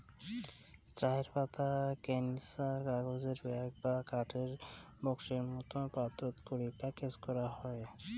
চায়ের পাতা ক্যানিস্টার, কাগজের ব্যাগ বা কাঠের বাক্সোর মতন পাত্রত করি প্যাকেজ করাং হই